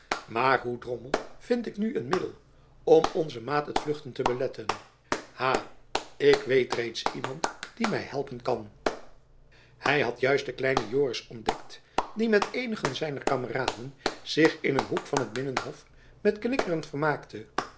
maar hoe drommel vind ik nu een middel om onzen maat het vluchten te beletten ha ik weet reeds iemand die my helpen kan hy had juist den kleinen joris ontdekt die met eenigen zijner kameraden zich in een hoek van t binnenhof met knikkeren vermaakte